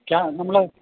ആ നമ്മൾ